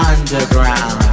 Underground